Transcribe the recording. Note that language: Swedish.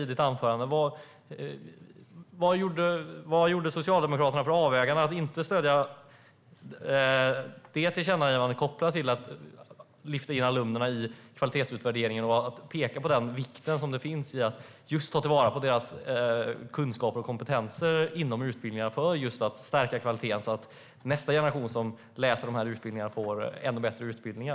Vilka avvägningar gjorde Socialdemokraterna för att inte stödja tillkännagivandet om att lyfta in alumnerna i kvalitetsutvärderingen och att peka på vikten av att ta till vara deras kunskaper och kompetenser inom utbildningar för att stärka kvaliteten så att nästa generation som läser utbildningarna får ta del av ännu bättre utbildningar?